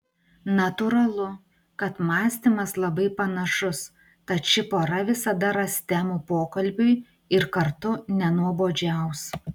natūralu kad mąstymas labai panašus tad ši pora visada ras temų pokalbiui ir kartu nenuobodžiaus